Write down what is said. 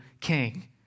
king